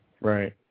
Right